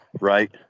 right